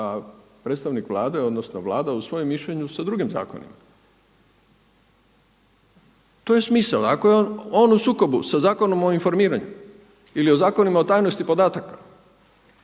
predstavnik Vlade odnosno Vlada u svojem mišljenju sa drugim zakonima. To je smisao. Ako je on u sukobu sa Zakonom o informiranju ili o Zakonima o tajnosti podataka